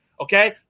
okay